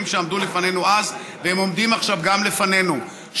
שעמדו לפנינו אז עומדים גם עכשיו לפנינו,